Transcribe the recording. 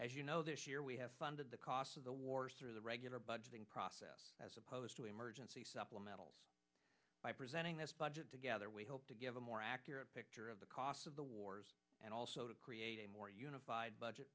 as you know this year we have funded the cost of the wars through the regular budgeting process as opposed to emergency supplementals by presenting this budget together we hope to give a more accurate picture of the cost of the wars and also to create a more unified budget